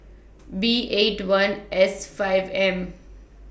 B eight one S five M